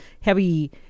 heavy